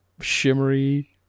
shimmery